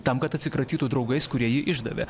tam kad atsikratytų draugais kurie jį išdavė